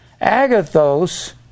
Agathos